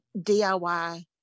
DIY